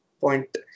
point